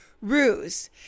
ruse